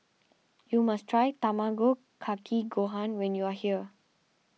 you must try Tamago Kake Gohan when you are here